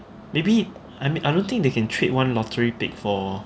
maybe I I don't think they can trade one lottery bid for